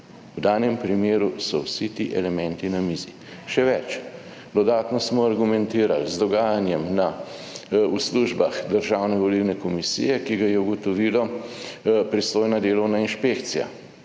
V danem primeru so vsi ti elementi na mizi. Še več, dodatno smo argumentirali z dogajanjem v službah Državno- volilne komisije, ki ga je ugotovilo pristojna delovna inšpekcija,